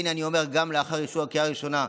והינה אני אומר, גם לאחר אישור הקריאה הראשונה,